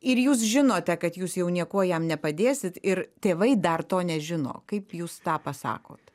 ir jūs žinote kad jūs jau niekuo jam nepadėsit ir tėvai dar to nežino kaip jūs tą pasakot